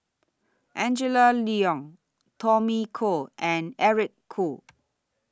Angela Liong Tommy Koh and Eric Khoo